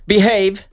Behave